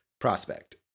prospect